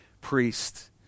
priest